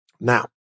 Now